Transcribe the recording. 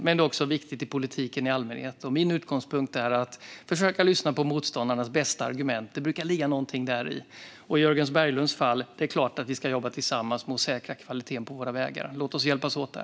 Men det är också viktigt i politiken i allmänhet. Min utgångspunkt är att försöka lyssna på motståndarnas bästa argument. Det brukar ligga någonting där. I Jörgen Berglunds fall är det klart att vi ska jobba tillsammans med att säkra kvaliteten på våra vägar. Låt oss hjälpas åt där.